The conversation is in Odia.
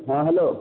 ହଁ ହ୍ୟାଲୋ